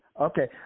Okay